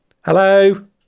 hello